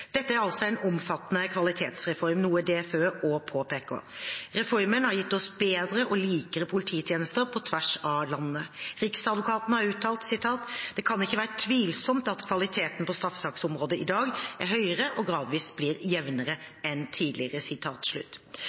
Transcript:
Dette er altså en omfattende kvalitetsreform, noe DFØ også påpeker. Reformen har gitt oss bedre og likere polititjenester i hele landet. Riksadvokaten har uttalt: «Det kan ikke være tvilsomt at kvaliteten på straffesaksområdet i dag er høyere, og gradvis blir jevnere, enn tidligere.»